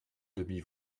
demi